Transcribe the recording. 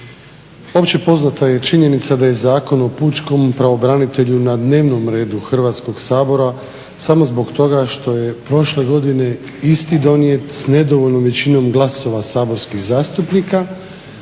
Opće poznata je činjenica da je Zakon o pučkom pravobranitelju na dnevnom redu Hrvatskog sabora samo zbog toga što je prošle godine donijet sa nedovoljnom većinom glasova saborskih zastupnika,